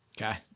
Okay